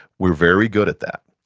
we're very good at that,